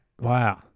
Wow